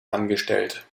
angestellt